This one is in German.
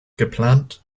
geplant